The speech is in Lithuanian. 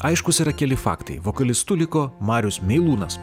aiškūs yra keli faktai vokalistu liko marius meilūnas